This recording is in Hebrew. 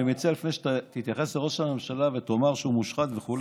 אני מציע שלפני שתתייחס לראש הממשלה ותאמר שהוא מושחת וכו',